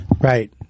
Right